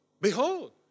behold